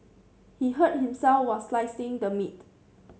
he hurt himself while slicing the meat